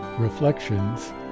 Reflections